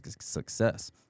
success